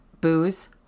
booze